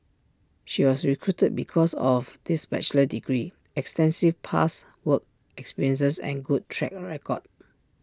she was recruited because of this bachelor's degree extensive past work experience and good track record